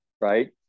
right